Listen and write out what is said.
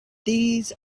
these